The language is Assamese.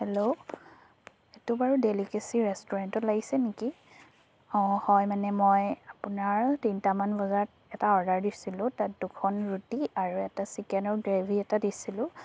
হেল্ল' এইটো বাৰু ডেলিকেচি ৰেষ্টুৰেণ্টত লাগিছে নেকি অঁ হয় মানে মই আপোনাৰ তিনিটামান বজাত এটা অৰ্দাৰ দিছিলোঁ তাত দুখন ৰুটি আৰু এটা চিকেন আৰু গ্ৰেভি এটা দিছিলোঁ